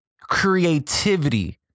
Creativity